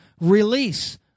release